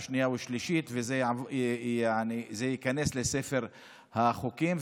שנייה ושלישית וזה ייכנס לספר החוקים.